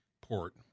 Port